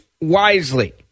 wisely